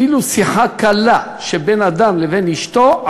אפילו שיחה קלה שבין אדם לבין אשתו,